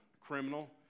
criminal